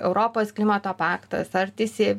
europos klimato paktas ar si si ef di